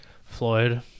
Floyd